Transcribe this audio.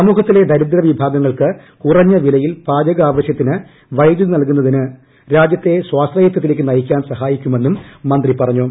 സമൂഹത്തിലെ ദരിദ്രവിഭാഗങ്ങൾക്ക് കുറഞ്ഞ വിലയിൽ പാചകാവശ്യത്തിന് വൈദ്യുതി നൽകുന്നത് രാജ്യത്തെ സ്വാശ്രയത്വത്തിലേക്ക് നയിക്കാൻ സഹായിക്കുമെന്നും മന്ത്രി പറഞ്ഞു